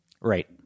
Right